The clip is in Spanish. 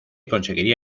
conseguiría